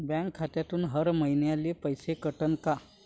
Bank खात्यातून हर महिन्याले पैसे कटन का?